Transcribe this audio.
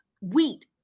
wheat